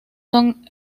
son